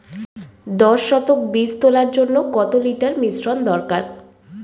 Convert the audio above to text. দশ শতক বীজ তলার জন্য কত লিটার মিশ্রন দরকার?